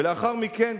ולאחר מכן,